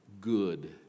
good